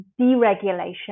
deregulation